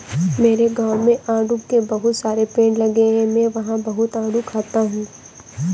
मेरे गाँव में आड़ू के बहुत सारे पेड़ लगे हैं मैं वहां बहुत आडू खाता हूँ